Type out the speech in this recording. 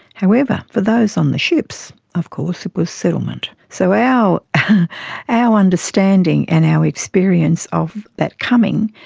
however, for those on the ships, of course, it was settlement. so our our understanding and our experience of that coming,